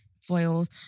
Foils